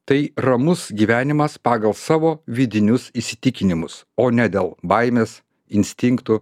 tai ramus gyvenimas pagal savo vidinius įsitikinimus o ne dėl baimės instinktų